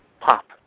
pop